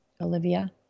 Olivia